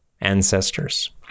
ancestors